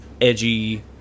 edgy